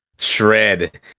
shred